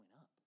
up